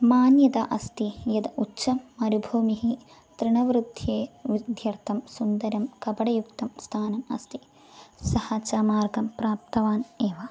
मान्यता अस्ति यद् उच्छतमा मरुभूमिः तृणवृद्धये विध्यर्थं सुन्दरं कपटयुक्तं स्थानम् अस्ति सः च मार्गं प्राप्तवान् एव